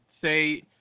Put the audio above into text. say